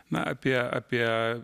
na apie apie